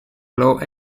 low